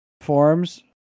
forms